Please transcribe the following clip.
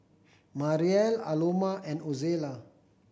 Mariel Aloma and Ozella